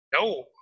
No